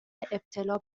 ابتلا